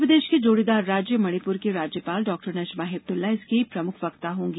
मध्यप्रदेष के जोड़ीदार राज्य मणिपुर की राज्यपाल डॉक्टर नजमा हेपतुल्ला इसकी प्रमुख वक्ता होगी